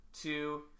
two